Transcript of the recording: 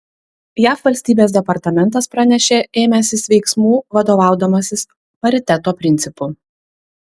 jav valstybės departamentas pranešė ėmęsis veiksmų vadovaudamasis pariteto principu